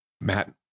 Matt